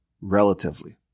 relatively